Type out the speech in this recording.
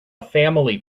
family